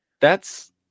That's-